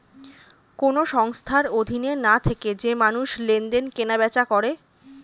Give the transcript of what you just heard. কোন সংস্থার অধীনে না থেকে যে মানুষ লেনদেন, কেনা বেচা করে